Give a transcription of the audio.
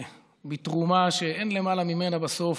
בתרומה שאין למעלה ממנה בסוף.